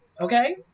Okay